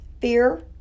fear